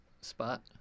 spot